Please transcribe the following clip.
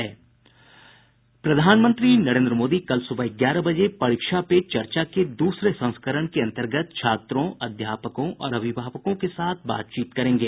प्रधानमंत्री नरेन्द्र मोदी कल सुबह ग्यारह बजे परीक्षा पे चर्चा के दूसरे संस्करण के अंतर्गत छात्रों अध्यापकों और अभिभावकों के साथ बातचीत करेंगे